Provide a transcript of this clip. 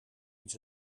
iets